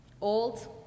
Old